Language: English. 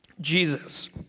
Jesus